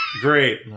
Great